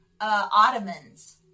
ottomans